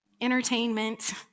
entertainment